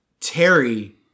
Terry